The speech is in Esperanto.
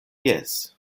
jes